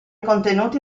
contenuti